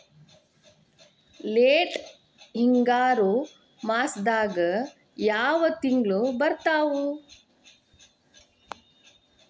Late ಹಿಂಗಾರು ಮಾಸದಾಗ ಯಾವ್ ತಿಂಗ್ಳು ಬರ್ತಾವು?